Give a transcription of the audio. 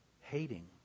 hating